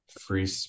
free